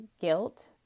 guilt